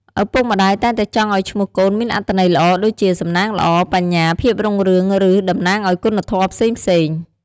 ឪពុកម្តាយតែងតែចង់ឲ្យឈ្មោះកូនមានអត្ថន័យល្អដូចជា សំណាងល្អ បញ្ញា ភាពរុងរឿង ឬ តំណាងឲ្យគុណធម៌ផ្សេងៗ។